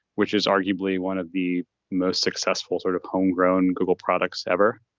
which is arguably one of the most successful sort of homegrown google products ever.